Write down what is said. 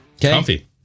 comfy